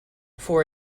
for